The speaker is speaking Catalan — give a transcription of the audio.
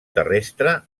terrestre